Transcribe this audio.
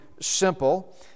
simple